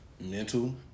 mental